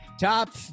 Top